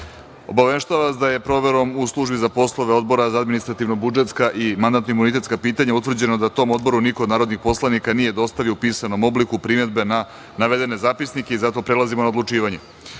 vas da je, proverom u Službi za poslove Odbora za administrativno-budžetska i mandatno-imunitetska pitanja, utvrđeno da tom odboru niko od narodnih poslanika nije dostavio u pisanom obliku primedbe na navedene zapisnike i zato prelazimo na odlučivanje. Stavljam